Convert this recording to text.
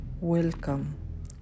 welcome